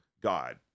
God